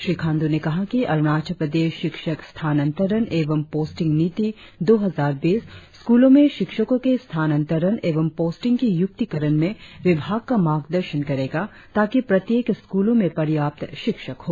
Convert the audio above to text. श्री खांडू ने कहा कि अरुणाचल प्रदेश शिक्षक स्थानांतरण एवं पोस्टिंग नीति दो हजार बीस स्कूलों में शिक्षकों के स्थानातरण एवं पोस्टिंग की युक्तिकरण में विभाग का मार्गदर्शन करेगा ताकि प्रत्येक स्कूलों में पर्याप्त शिक्षक हो